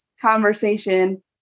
conversation